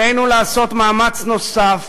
עלינו לעשות מאמץ נוסף,